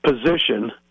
position